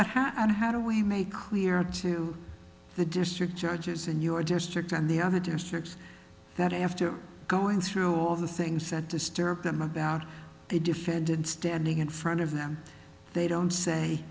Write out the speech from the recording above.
and how do we make clear to the district judges in your district and the other districts that after going through all of the things that disturb them about the defendant standing in front of them they don't say